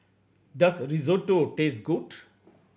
does Risotto taste good